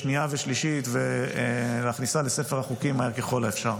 לקריאה שנייה ושלישית ולהכניסה לספר החוקים מהר ככל האפשר.